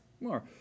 more